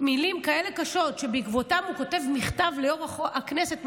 מילים כאלה קשות שבעקבותיהן הוא כותב מכתב ליו"ר הכנסת,